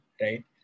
Right